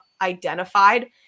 identified